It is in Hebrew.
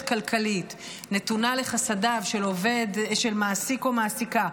כלכלית נתונה לחסדיו של מעסיק או מעסיקה,